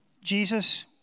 Jesus